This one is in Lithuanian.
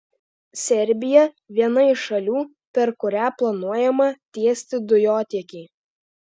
serbija viena iš šalių per kurią planuojama tiesti dujotiekį